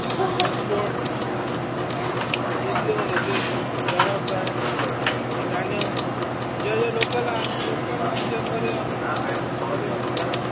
विस्वण आनी वेल्यो हेज्यो रवा फ्राय शिनाण्यो जे हे लोकल हा न्हू लोकल आमचें बरें हा खावपाक